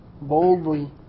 boldly